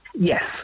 Yes